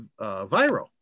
viral